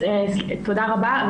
תודה רבה.